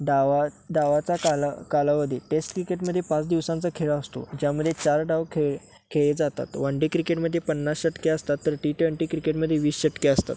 डावा डावाचा काला कालावधी टेस्ट क्रिकेटमध्ये पाच दिवसांचा खेळ असतो ज्यामध्ये चार डाव खेळ खेळले जातात वन डे क्रिकेटमध्ये पन्नास षटके असतात तर टी ट्वेंटी क्रिकेटमध्ये वीस षटके असतात